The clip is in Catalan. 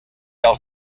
els